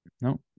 No